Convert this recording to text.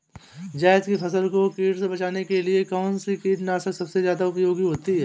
जायद की फसल को कीट से बचाने के लिए कौन से कीटनाशक सबसे ज्यादा उपयोगी होती है?